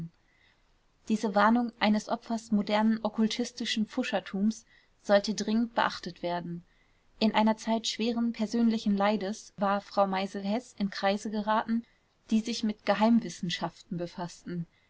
diese warnung eines opfers modernen okkultistischen pfuschertums sollte dringend beachtet werden in einer zeit schweren persönlichen leides war frau meisel-heß in kreise geraten die sich mit geheimwissenschaften befaßten